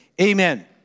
Amen